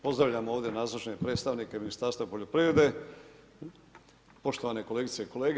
Pozdravljam ovdje nazočne predstavnike Ministarstva poljoprivrede, poštovane kolegice i kolege.